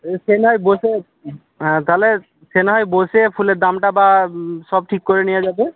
সে না হয় বসে হ্যাঁ তাহলে সে না হয় বসে ফুলের দামটা বা সব ঠিক করে নেওয়া যাবে